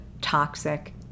toxic